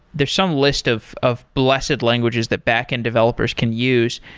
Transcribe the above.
there's some list of of blessed languages that backend developers can use.